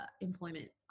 employment